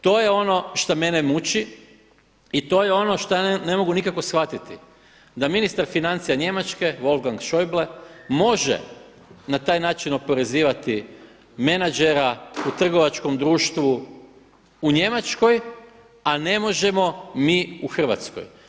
To je ono što mene muči i to je ono šta ja ne mogu nikako shvatiti da ministar financija njemačke Wolfgang Schäuble može na taj način oporezivati menadžera u trgovačkom društvu u Njemačkoj a ne možemo mi u Hrvatskoj.